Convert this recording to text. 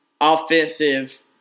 offensive